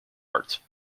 art